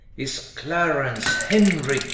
is clarence, henry,